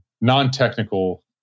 non-technical